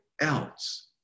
else